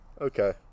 Okay